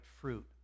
fruit